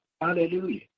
Hallelujah